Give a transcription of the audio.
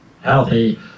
healthy